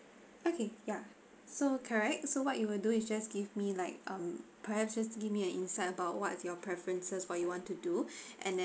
okay ya so correct so what you will do is just give me like um perhaps just give me an insight about what's your preferences for you want to do and